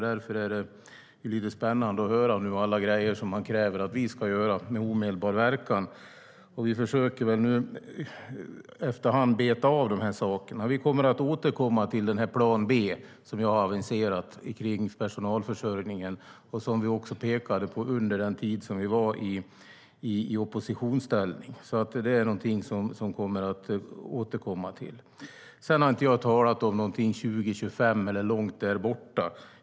Därför är det spännande att höra alla grejer som man kräver att vi ska göra med omedelbar verkan. Vi försöker nu efter hand beta av de här sakerna. Vi kommer att återkomma till den plan B som jag har aviserat kring personalförsörjningen och som vi också pekade på under den tid då vi var i oppositionsställning. Jag har inte talat om år 2025 eller något långt där bortom.